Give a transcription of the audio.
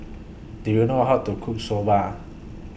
Do YOU know How to Cook Soba